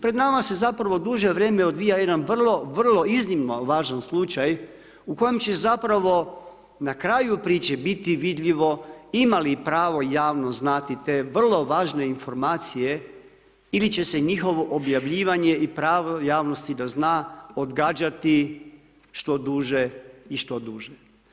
Pred nama se zapravo duže vrijeme odvija jedan vrlo, vrlo iznimno važan slučaj u kojem će zapravo na kraju priče biti vidljivo ima li pravo javnost znati te vrlo važne informacije ili će se njihovo objavljivanje i pravo javnosti da zna odgađati što duže i što duže.